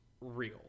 real